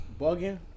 bugging